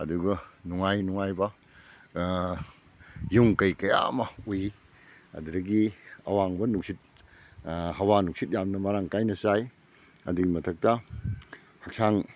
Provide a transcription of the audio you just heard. ꯑꯗꯨꯒ ꯅꯨꯡꯉꯥꯏ ꯅꯨꯡꯉꯥꯏꯕ ꯌꯨꯝ ꯀꯩ ꯀꯌꯥ ꯑꯃ ꯑꯣꯏꯔꯤ ꯑꯗꯨꯗꯒꯤ ꯑꯋꯥꯡꯕ ꯅꯨꯡꯁꯤꯠ ꯍꯥꯋꯥ ꯅꯨꯡꯁꯤꯠ ꯌꯥꯝꯅ ꯃꯔꯥꯡ ꯀꯥꯏꯅ ꯆꯥꯏ ꯑꯗꯨꯏ ꯃꯊꯛꯇ ꯍꯛꯆꯥꯡ